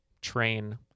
train